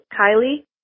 Kylie